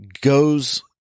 goes